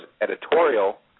editorial